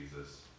Jesus